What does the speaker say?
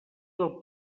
del